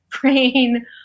brain